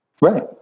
Right